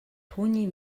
түүний